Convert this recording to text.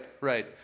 right